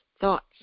thoughts